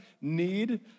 need